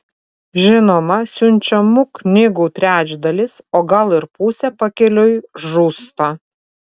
žinoma siunčiamų knygų trečdalis o gal ir pusė pakeliui žūsta